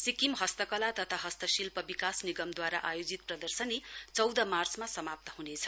सिक्किम हस्तकला तथा हस्तशिल्प विकास निगमद्वारा आयोजित प्रदर्शनी चौध मार्चमा समाप्त ह्नेछ